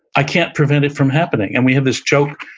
i can't prevent it from happening. and we have this joke,